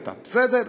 בסדר?